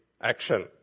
action